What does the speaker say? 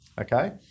okay